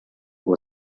will